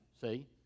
see